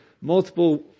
Multiple